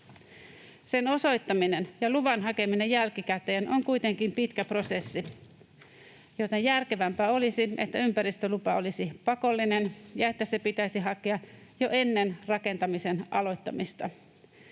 Sen osoittaminen ja luvan hakeminen jälkikäteen on kuitenkin pitkä prosessi, joten järkevämpää olisi, että ympäristölupa olisi pakollinen ja että se pitäisi hakea jo ennen rakentamisen aloittamista.